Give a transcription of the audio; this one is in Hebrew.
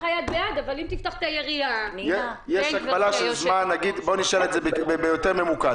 אבל נדע לפי זה אם לתקן תקנות מיוחדות לקורונה.